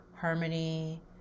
harmony